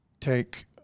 take